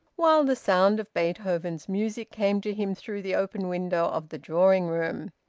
while the sound of beethoven's music came to him through the open window of the drawing-room.